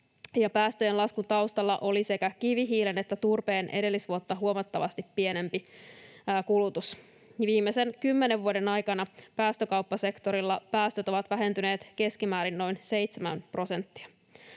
päästöjen laskun taustalla oli sekä kivihiilen että turpeen edellisvuotta huomattavasti pienempi kulutus. Viimeisen kymmenen vuoden aikana päästökauppasektorilla päästöt ovat vähentyneet keskimäärin noin 7 prosenttia.